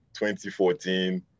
2014